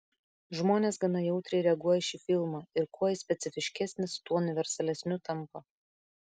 žmonės gana jautriai reaguoja į šį filmą ir kuo jis specifiškesnis tuo universalesniu tampa